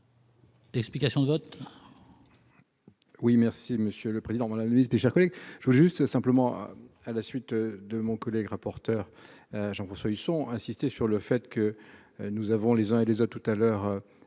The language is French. explication de vote.